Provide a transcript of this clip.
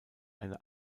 eine